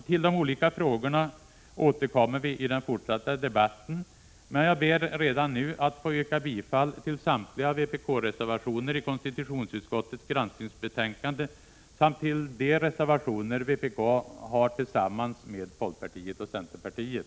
Till de olika frågorna återkommer vi i den fortsatta debatten, men jag ber redan nu att få yrka bifall till samtliga vpk-reservationer i konstitutionsutskottets granskningsbetänkande samt till de reservationer som vpk har tillsammans med folkpartiet och centerpartiet.